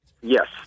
Yes